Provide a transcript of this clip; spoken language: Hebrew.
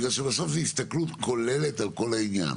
בגלל שבסוף זה הסתכלות כוללת על כל העניין.